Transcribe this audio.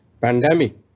Pandemic